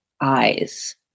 eyes